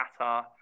Qatar